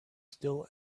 still